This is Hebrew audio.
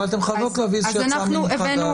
אתן חייבות להביא איזושהי הצעה מניחת דעת.